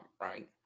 right